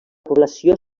població